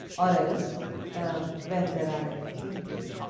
or else when there are any changes.